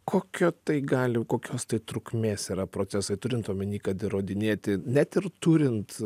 kokią tai gali kokios tai trukmės yra procesai turint omeny kad įrodinėti net ir turint